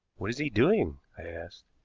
what is he doing? i asked.